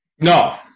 No